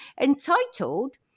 entitled